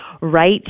right